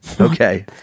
Okay